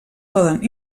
poden